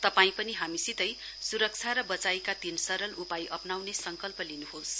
तपाईं पनि हामीसितै सुरक्षा र बचाईका तीन सरल उपाय अप्नाउने संकल्प गर्नुहोस